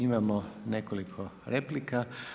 Imamo nekoliko replika.